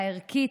הערכית.